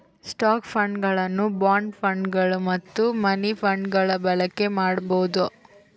stock ಫಂಡ್ಗಳನ್ನು bond ಫಂಡ್ಗಳು ಮತ್ತು ಮನಿ ಫಂಡ್ಗಳ ಬಳಕೆ ಮಾಡಬೊದು